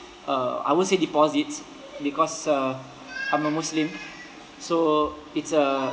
uh I would say deposits because uh I'm a muslim so it's a